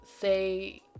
say